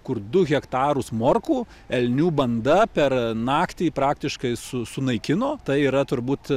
kur du hektarus morkų elnių banda per naktį praktiškai su sunaikino tai yra turbūt